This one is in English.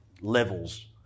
levels